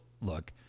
look